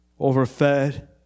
overfed